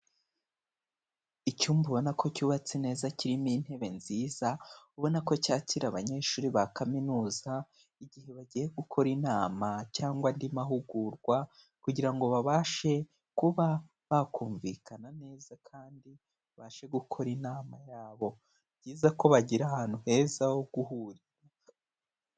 Icyumba ubona ko cyubatse neza kirimo intebe nziza, ubona ko cyakira abanyeshuri ba kaminuza igihe bagiye gukora inama cyangwa andi mahugurwa, kugira ngo babashe kuba bakumvikana neza kandi babashe gukora inama yabo. Nibyiza ko bagira ahantu heza ho guhurira.